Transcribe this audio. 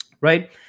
right